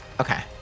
Okay